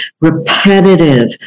repetitive